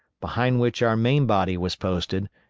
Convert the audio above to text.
behind which our main body was posted,